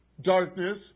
darkness